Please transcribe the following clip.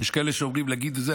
יש כאלה שאומרים להגיד את זה,